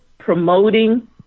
promoting